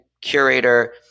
curator